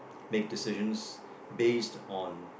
make decisions based on